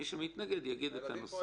מי שמתנגד יגיד את הנושא.